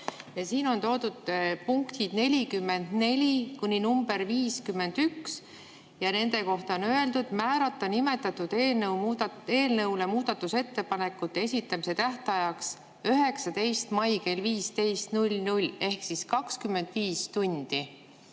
Siin on punktid 44–51 ja nende kohta on öeldud: "Määrata nimetatud eelnõule muudatusettepanekute esitamise tähtajaks k.a 19. mai kell 15.00." Ehk siis 25 tundi.